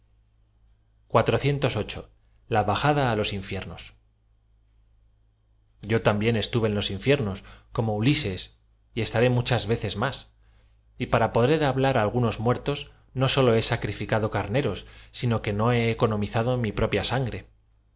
a baja á los infiernos o también estuve en los infiernos como ulises y estaré muchas veces más y p ara poder hablar á al guaos muertos no sólo he sacrificado carneros bino que no he economizado mi propia sangre